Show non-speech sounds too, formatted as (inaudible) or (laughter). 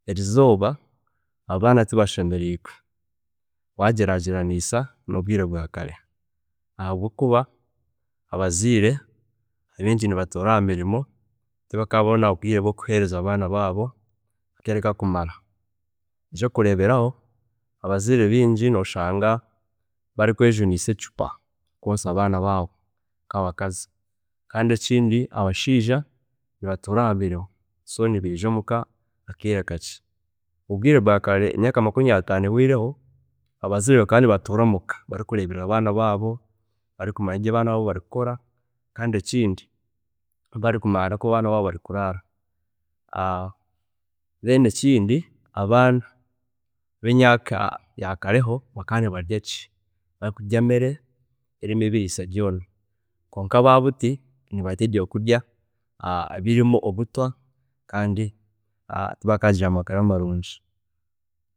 ﻿Erizooba abaana tibashemereirwe waagyeragyeranisa nobwiire bwa kare ahabwokuba abazaire bingi nibatuura ahamirimo tibakaabona bwiire bwokuheereza abaana baabo akaire kakumara, ekyokureeberaho abazaire bingi noshanga barikwejunisa ecupa kwonsa abaana baabo nkabakazi kandi ekindi abasheija nibatuura ahamirimo, so nibeija omuka akaire kakye. Obwiire bwa kare emyaaka ataano ehwiireho, abazaire bakaba nibatuura omuka barikureeberera abaana baabo barikureeba ebi abaana baabo barikukora kandi ekindi bakaba barikumanya noku abaana baabo barikuraara. (hesitation) then ekindi abaana bemyaaaka ya kareho bakaba nibarya gye, barikurya emere erimu ebiriisa byoona kwonka abahati nibarya ebyokurya birimu obutwa (hesitation) kandi tibakaagira amagara marungi